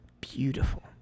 beautiful